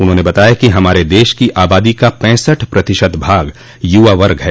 उन्होंने बताया कि हमारे देश की आबादी का पैंसठ प्रतिशत भाग युवा वर्ग है